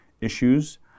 issues